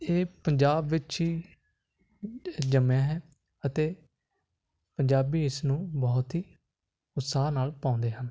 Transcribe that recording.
ਇਹ ਪੰਜਾਬ ਵਿੱਚ ਹੀ ਜੰਮਿਆ ਹੈ ਅਤੇ ਪੰਜਾਬੀ ਇਸ ਨੂੰ ਬਹੁਤ ਹੀ ਉਤਸਾਹ ਨਾਲ ਪਾਉਂਦੇ ਹਨ